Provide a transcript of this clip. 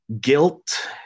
guilt